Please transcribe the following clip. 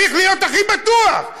צריך להיות הכי בטוח.